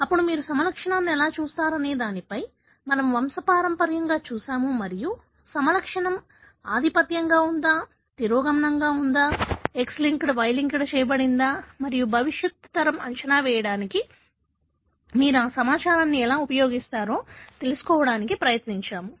అప్పుడు మీరు సమలక్షణాన్ని ఎలా చూస్తారనే దానిపై మనము వంశపారంపర్యంగా చూసాము మరియు సమలక్షణం ఆధిపత్యంగా ఉందా తిరోగమనం ఉందా X లింక్డ్ Y లింక్ చేయబడిందా మరియు భవిష్యత్ తరం అంచనా వేయడానికి మీరు ఆ సమాచారాన్ని ఎలా ఉపయోగిస్తారో తెలుసుకోవడానికి ప్రయత్నించాము